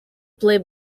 play